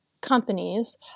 companies